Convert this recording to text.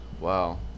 wow